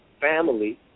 family